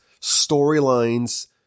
storylines